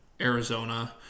Arizona